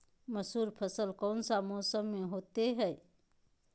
मसूर फसल कौन सा मौसम में होते हैं?